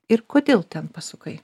ir kodėl ten pasukai